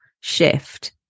shift